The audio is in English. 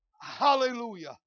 Hallelujah